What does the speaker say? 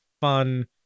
fun